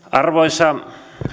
arvoisa